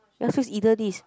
ya so is either this